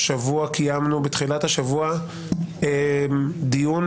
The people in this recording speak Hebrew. בתחילת השבוע קיימנו דיון.